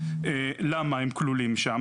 למה הם כלולים שם,